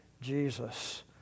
Jesus